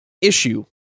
issue